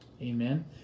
Amen